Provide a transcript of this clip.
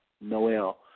Noel